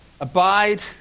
abide